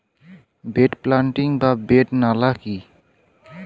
Bed planting বা bed নালা কি?